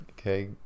okay